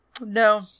No